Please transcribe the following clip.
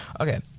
Okay